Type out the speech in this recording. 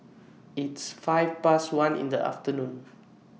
its five Past one in The afternoon